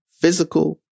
physical